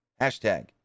Hashtag